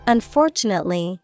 Unfortunately